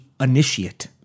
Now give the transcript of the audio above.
initiate